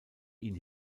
ihn